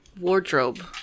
wardrobe